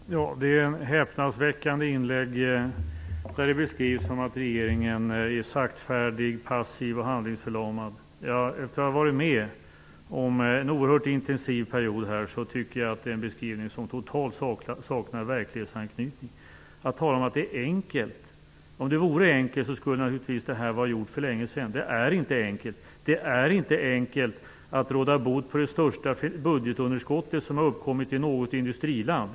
Fru talman! Det var ett häpnadsväckande inlägg. Regeringen beskrivs som saktfärdig, passiv och handlingsförlamad. Efter att ha varit med om en oerhört intensiv period tycker jag att det är en beskrivning som totalt saknar verklighetsanknytning. Mats Odell talar om att det är enkelt. Om det vore enkelt skulle detta naturligtvis ha varit gjort för länge sedan. Det är inte enkelt att råda bot på det största budgetunderskottet som har uppkommit i något industriland.